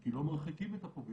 כי לא מרחיקים את הפוגע.